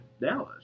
Dallas